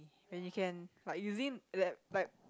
and you can like using that like